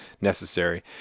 necessary